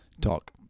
talk